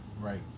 right